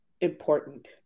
important